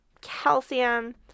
calcium